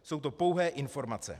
Jsou to pouhé informace.